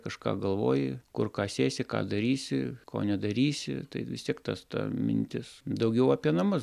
kažką galvoji kur ką sėsi ką darysi ko nedarysi tai vis tiek tas ta mintis daugiau apie namus